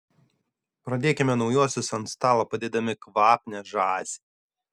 pradėkime naujuosius ant stalo padėdami kvapnią žąsį